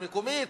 המקומית,